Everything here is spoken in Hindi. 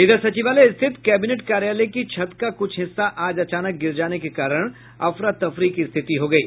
इधर सचिवालय स्थित कैबिनेट कार्यालय की छत का कुछ हिस्सा आज अचानक गिर जाने के कारण अफरा तफरा की स्थिति हो गयी